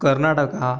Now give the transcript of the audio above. Karnataka